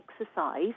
exercise